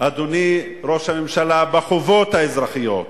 אדוני ראש הממשלה, בחובות האזרחיות,